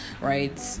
right